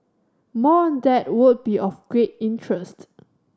more on that would be of great interest